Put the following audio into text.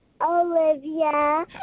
Olivia